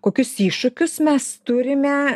kokius iššūkius mes turime